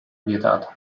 vietata